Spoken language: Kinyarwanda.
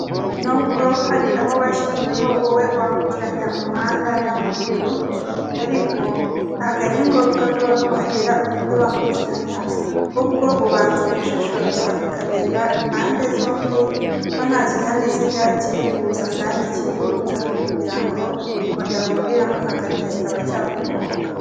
Nubwo hari ahashyirieweho wowe wambukiranya umuhanda n'amaguru, ariko ntabwo ari ngombwa ngo nuhagera uhite wambukiranya, hubwo ubanza gushishoza ukareba impande zombi ko ntakinyabiziga kiri kuza kandi kihuta kugira ngo mudahuriramo hagati kikaba cyakugonga